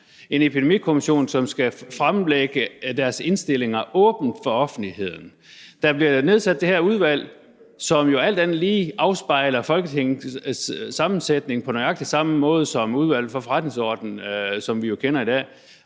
en Epidemikommission, som skal fremlægge sine indstillinger åbent for offentligheden. Der bliver nedsat det her udvalg, som alt andet lige afspejler Folketingets sammensætning på nøjagtig samme måde som Udvalget for Forretningsordenen, som vi jo kender i dag,